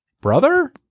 brother